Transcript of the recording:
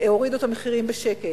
הורידו את המחירים בשקל.